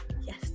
yes